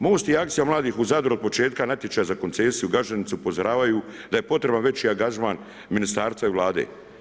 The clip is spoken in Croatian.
MOST je akcijom mladih u Zadru od početka natječaja za koncesiju Gaženica upozoravaju da je potreban veći angažman ministarstva i Vlade.